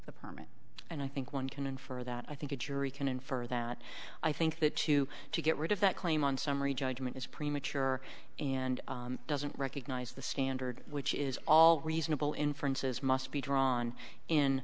the permit and i think one can infer that i think a jury can infer that i think that to to get rid of that claim on summary judgment is premature and doesn't recognize the standard which is all reasonable inferences must be drawn in